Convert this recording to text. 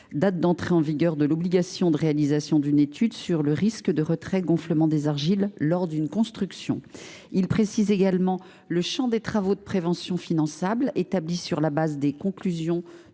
date d’entrée en vigueur de l’obligation de réalisation d’une étude sur le risque de retrait gonflement des argiles lors d’une construction. Nous souhaitons également préciser le champ des travaux de prévention finançables, établi sur la base des conclusions